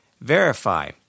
verify